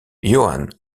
johan